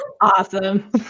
Awesome